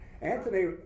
Anthony